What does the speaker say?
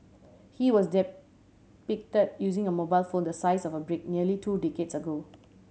he was depicted using a mobile phone the size of a brick nearly two decades ago